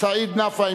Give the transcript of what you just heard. סעיד נפאע,